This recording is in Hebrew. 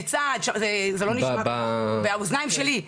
באוזניים שלי,